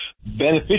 beneficial